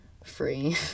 free